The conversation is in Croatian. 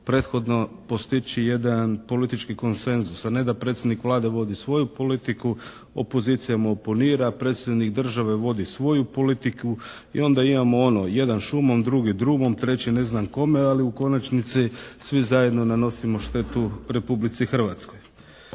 prethodno postići jedan politički konsenzus a ne da predsjednik Vlade vodi svoju politiku, opozicija mu oponira, Predsjednik države vodi svoju politiku i onda imamo ono, jedan šumom, drugi drumom, treći ne znam kome ali u konačnici svi zajedno nanosimo štetu Republici Hrvatskoj.